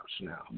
now